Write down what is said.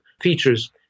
features